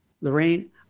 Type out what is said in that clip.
Lorraine